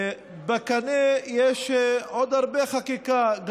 שבקנה יש עוד הרבה חקיקה,